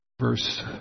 verse